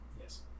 yes